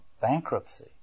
bankruptcy